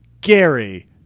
Gary